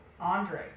Andre